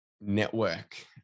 network